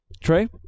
Trey